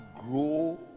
grow